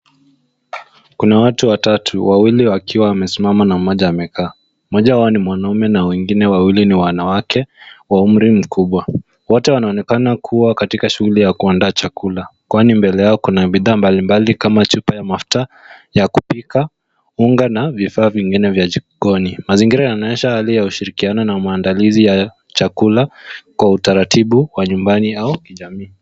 Kuna watu watatu wawili wakiwa wamesimama na mmoja amekaa. Mmoja wao mwanaume na wengine wawili ni wanawake wa umri mkubwa. Wote wanaonekana kuwa katika shughuli ya kuandaa chakula. Kwani mbele yao kuna bidhaa mbalimbali kama chupa ya mafuta ya kupika, unga na vifaa vingine vya jikoni. Mazingira yanaonyesha hali ya ushirikiano na mandalizi ya chakula kwa utaratibu wa nyumbani au kijamii.